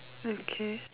okay